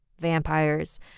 Vampires